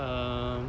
um